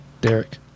Derek